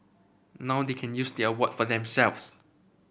now they can use the award for themselves